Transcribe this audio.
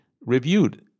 reviewed